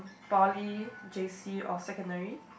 poly j_c or secondary